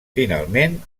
finalment